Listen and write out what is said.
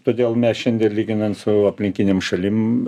todėl mes šiandien lyginant su aplinkinėm šalim